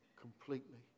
completely